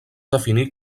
definir